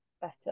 better